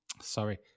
Sorry